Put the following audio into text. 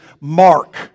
mark